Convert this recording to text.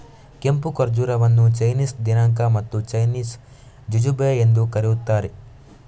ಕೆಂಪು ಖರ್ಜೂರವನ್ನು ಚೈನೀಸ್ ದಿನಾಂಕ ಮತ್ತು ಚೈನೀಸ್ ಜುಜುಬೆ ಎಂದೂ ಕರೆಯುತ್ತಾರೆ